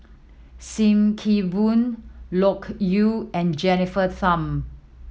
Sim Kee Boon Loke Yew and Jennifer Tham